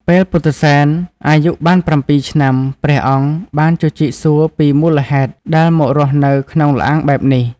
ពេលពុទ្ធិសែនអាយុបាន៧ឆ្នាំ ព្រះអង្គបានជជីកសួរពីមូលហេតុដែលមករស់នៅក្នុងល្អាងបែបនេះ។